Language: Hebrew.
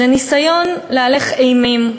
זה ניסיון להלך אימים,